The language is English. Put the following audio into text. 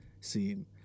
scene